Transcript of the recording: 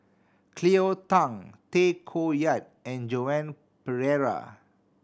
Cleo Thang Tay Koh Yat and Joan Pereira